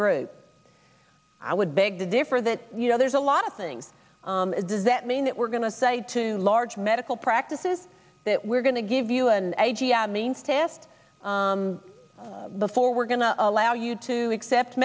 group i would beg to differ that you know there's a lot of things does that mean that we're going to say to a large medical practices that we're going to give you an a g m means test before we're going to allow you to accept